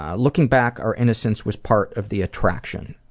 ah looking back, our innocence was part of the attraction.